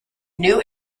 new